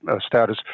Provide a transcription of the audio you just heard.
status